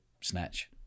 snatch